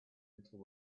little